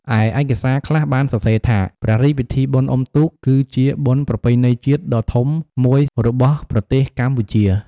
ឯ ឯកសារខ្លះបានសរសេរថា ព្រះរាជពិធីបុណ្យអ៊ំុទូក គឺជាបុណ្យប្រពៃណីជាតិដ៏ធំមួយរបស់ប្រទេសកម្ពុជា។